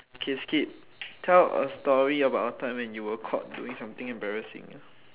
okay skip tell a story about a time when you were caught doing some thing embarrassing